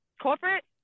corporate